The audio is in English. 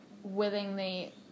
willingly